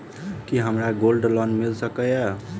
की हमरा gold loan मिल सकैत ये?